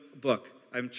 book